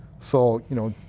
so you know,